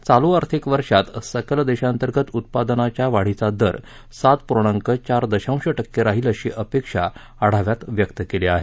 चालू आर्थिक वर्षात सकल देशांतर्गत उत्पादनाच्या वाढीचा दर सात पूर्णांक चार दशांश टक्के राहील अशी अपेक्षा आढाव्यात व्यक्त करण्यात आली आहे